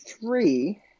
three